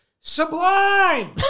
Sublime